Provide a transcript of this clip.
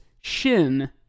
shin